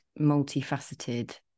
multifaceted